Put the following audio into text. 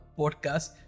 podcast